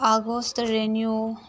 August ৰেনউ